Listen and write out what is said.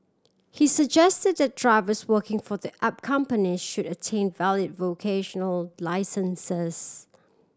he suggested that drivers working for the app company should attain valid vocational licences